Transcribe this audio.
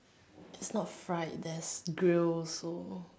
it's not fried there's grill also